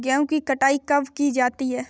गेहूँ की कटाई कब की जाती है?